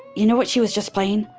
you know what she was just playing?